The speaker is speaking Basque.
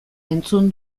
entzun